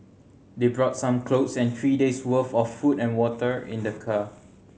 they brought some clothes and three days worth of food and water in their car